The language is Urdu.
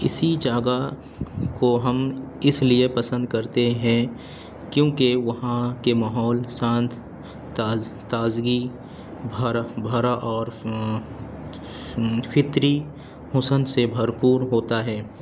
اسی جگہ کو ہم اس لیے پسند کرتے ہیں کیونکہ وہاں کے ماحول شانت تاز تازگی بھرا بھرا اور فطری حسن سے بھرپور ہوتا ہے